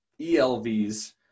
ELVs